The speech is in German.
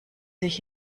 sich